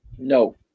No